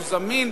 הוא זמין,